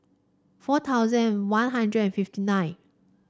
four thousand One Hundred and fifty nine